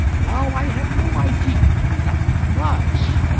now i have no idea who that man was,